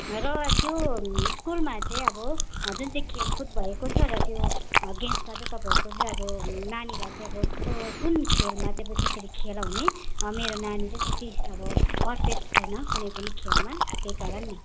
र त्यो स्कुलमा चाहिँ अब जुन चाहिँ खेलकुद भएको छ र त्यो गेम्समा चाहिँ तपाईँहरूको चाहिँ अब नानीलाई चाहिँ अब कुन खेलमा चाहिँ त्यसरी खेलाउने मेरो नानी चाहिँ त्यति अब पर्फेक्ट छैन कुनै पनि खेलमा त्यहीकारण नि